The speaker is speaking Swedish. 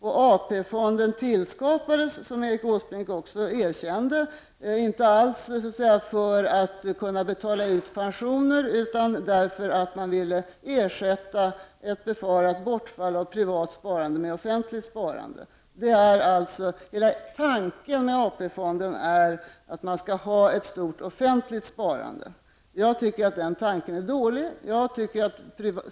AP fonden tillskapades, som Erik Åsbrink också erkände, alls inte för att kunna betala ut pensioner, utan för att man ville ersätta ett befarat bortfall av privat sparande med offentligt sparande. Hela tanken med AP-fonden är att skapa ett stort offentligt sparande. Jag anser att den tanken är dålig.